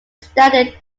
standard